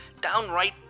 Downright